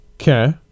okay